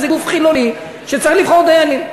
זה גוף חילוני שצריך לבחור דיינים.